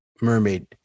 mermaid